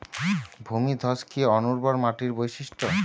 ভূমিধস কি অনুর্বর মাটির বৈশিষ্ট্য?